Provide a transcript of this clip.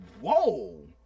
Whoa